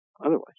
otherwise